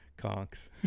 conks